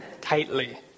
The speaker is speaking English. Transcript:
tightly